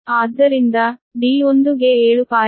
ಆದ್ದರಿಂದ d1 ಗೆ 7